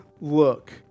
look